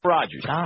Rogers